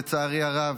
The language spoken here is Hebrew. לצערי הרב.